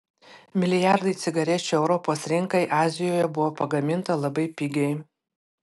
milijardai cigarečių europos rinkai azijoje buvo pagaminta labai pigiai